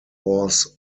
horse